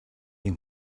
him